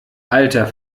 alter